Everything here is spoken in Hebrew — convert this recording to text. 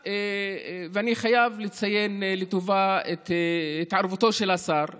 ואני חייב לציין לטובה את התערבותו של השר בנושא,